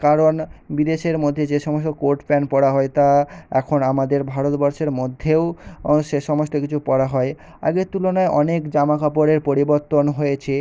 কারণ বিদেশের মধ্যে যে সমস্ত কোট প্যান্ট পরা হয় তা এখন আমাদের ভারতবর্ষের মধ্যেও ও সে সমস্ত কিছু পরা হয় আগের তুলনায় অনেক জামা কাপড়ের পরিবর্তন হয়েছে